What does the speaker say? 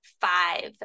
five